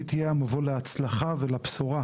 והיא תהיה המבוא להצלחה ולבשורה.